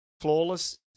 flawless